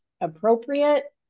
appropriate